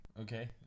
Okay